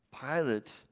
Pilate